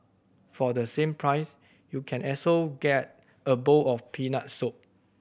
for the same price you can also get a bowl of peanut soup